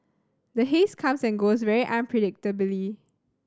the haze comes and goes very unpredictably